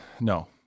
No